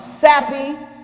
sappy